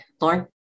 Lauren